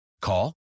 Call